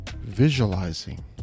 visualizing